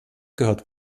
gehört